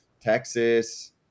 Texas